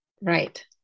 Right